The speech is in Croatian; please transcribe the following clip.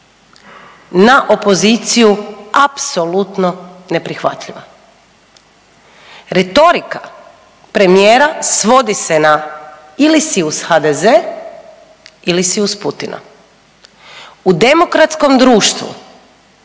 na opoziciju apsolutno neprihvatljiva. Retorika premijera svodi se na ili si uz HDZ ili si uz Putina. U demokratskom društvu